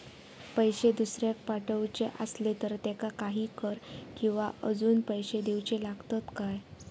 पैशे दुसऱ्याक पाठवूचे आसले तर त्याका काही कर किवा अजून पैशे देऊचे लागतत काय?